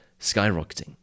skyrocketing